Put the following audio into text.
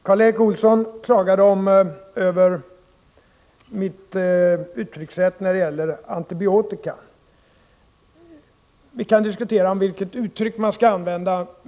Karl Erik Olsson klagade över mitt uttryckssätt när det gäller antibiotika. Vi kan diskutera vilket uttryck man skall använda.